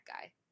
guy